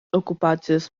okupacijos